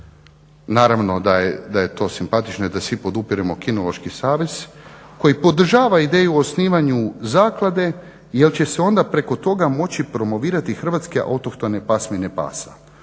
Naravno da je to simpatično i da svi podupiremo kinološki savez koji podržava ideju o osnivanju zaklade jer će se onda preko toga moći promovirati hrvatske autohtone pasmine pasa